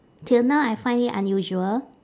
till now I find it unusual